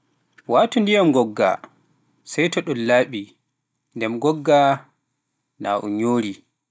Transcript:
Waatu ndiyam ngoggaa sey to ɗum laaɓii, nden ngoggaa naa un yoori.